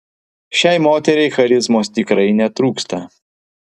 šiai moteriai charizmos tikrai netrūksta